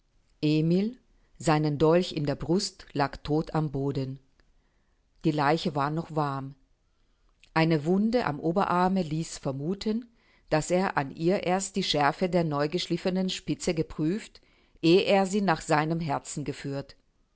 emil seinen dolch in der brust lag todt am boden die leiche war noch warm eine wunde am oberarme ließ vermuthen daß er an ihr erst die schärfe der neugeschliffenen spitze geprüft ehe er sie nach seinem herzen geführt